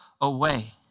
away